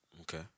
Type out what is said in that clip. Okay